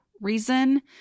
reason